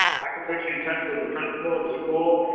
i can put you in touch with the principal of the school.